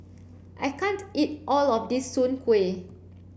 I can't eat all of this Soon Kuih